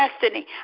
destiny